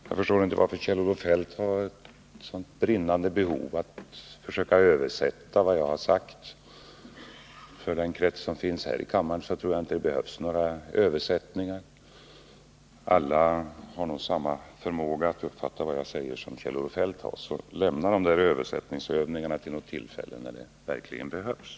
Herr talman! Jag förstår inte varför Kjell-Olof Feldt har ett sådant brinnande behov av att försöka översätta vad jag har sagt. För den krets som finns här i kammaren tror jag det inte behövs några översättningar. Alla har nog samma förmåga som Kjell-Olof Feldt att uppfatta vad jag säger. Lämna dessa översättningsövningar till något tillfälle när de verkligen behövs.